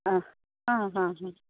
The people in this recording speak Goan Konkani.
आं आं हा हा